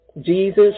Jesus